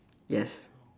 yes